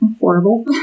horrible